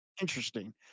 Interesting